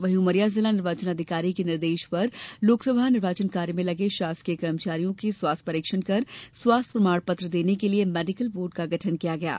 वहीं उमरिया जिला निर्वाचन अधिकारी निर्देश पर लोकसभा निर्वाचन कार्य मे लगे शासकीय कर्मचारियों के स्वास्थ्य परीक्षण कर के स्वास्थ्य प्रमाण पत्र देने के लिए मेडिकल बोर्ड का गठन किया है